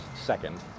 second